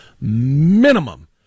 minimum